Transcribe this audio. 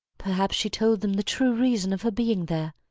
perhaps she told them the true reason of her being there,